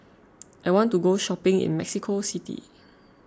I want to go shopping in Mexico City